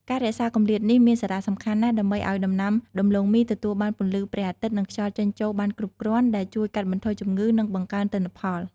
ការរក្សាគម្លាតនេះមានសារៈសំខាន់ណាស់ ដើម្បីឱ្យដំណាំដំឡូងមីទទួលបាន ពន្លឺព្រះអាទិត្យ និងខ្យល់ចេញចូលបានគ្រប់គ្រាន់ ដែលជួយកាត់បន្ថយជំងឺ និងបង្កើនទិន្នផល។